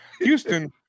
Houston